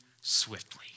swiftly